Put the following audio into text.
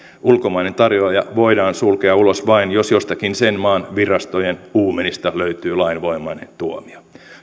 ulkomainen tarjoaja voidaan sulkea ulos vain jos jostakin sen maan virastojen uumenista löytyy lainvoimainen tuomio